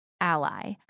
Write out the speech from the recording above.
ally